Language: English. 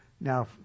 now